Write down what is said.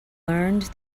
learned